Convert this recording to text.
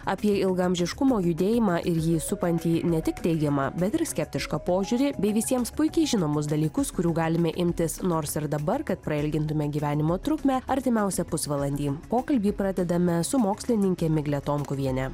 apie ilgaamžiškumo judėjimą ir jį supantį ne tik teigiamą bet ir skeptišką požiūrį bei visiems puikiai žinomus dalykus kurių galime imtis nors ir dabar kad prailgintume gyvenimo trukmę artimiausią pusvalandį pokalbį pradedame su mokslininke migle tomkuviene